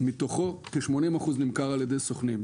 מתוכו כ-80 אחוזים נמכרים על ידי סוכנים.